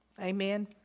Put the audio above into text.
Amen